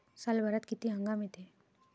सालभरात किती हंगाम येते?